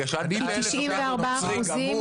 בגלל שאתה לוקח נוצרי גמור